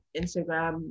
instagram